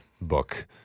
book